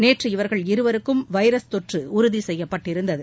நேற்று இவர்கள் இருவருக்கும் வைரஸ் தொற்று உறுதி செய்யப்பட்டிருந்தது